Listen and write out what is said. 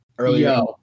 Earlier